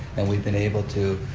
and we've been able to